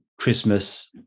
Christmas